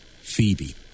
Phoebe